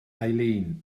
eileen